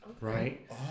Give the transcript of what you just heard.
right